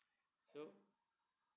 so